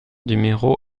numéro